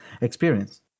experience